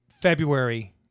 February